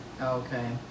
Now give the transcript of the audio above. okay